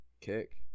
kick